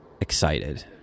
excited